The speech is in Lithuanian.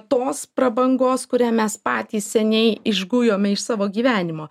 tos prabangos kurią mes patys seniai išgujome iš savo gyvenimo